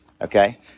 Okay